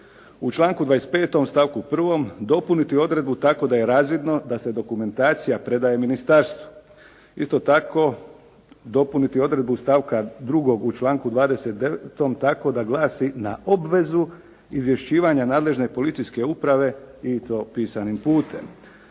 U članku 25. stavku 1. dopuniti odredbu tako da je razvidno da se dokumentacija predaje ministarstvu. Isto tako, dopuniti odredbu stavka 2. u članku 29. tako da glasi na obvezu izvješćivanja nadležne policijske uprave i to pisanim putem.